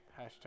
Hashtag